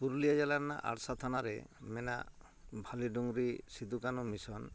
ᱯᱩᱨᱩᱞᱭᱟᱹ ᱡᱮᱞᱟ ᱨᱮᱱᱟᱜ ᱟᱲᱥᱟ ᱛᱷᱟᱱᱟᱨᱮ ᱢᱮᱱᱟᱜ ᱵᱷᱟᱞᱤ ᱰᱩᱝᱨᱤ ᱥᱤᱫᱷᱩ ᱠᱟᱱᱩ ᱢᱤᱥᱚᱱ